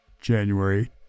January